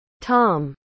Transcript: Tom